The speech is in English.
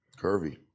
curvy